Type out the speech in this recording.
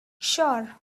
sure